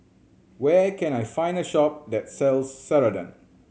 where can I find a shop that sells Ceradan